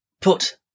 put